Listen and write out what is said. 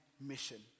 mission